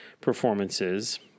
performances